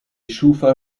schufa